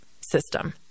system